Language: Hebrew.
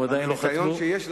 הם עדיין לא חתמו.